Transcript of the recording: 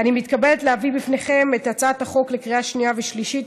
אני מתכבדת להביא לפניכם, לקריאה שנייה ושלישית,